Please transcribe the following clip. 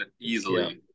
easily